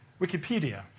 Wikipedia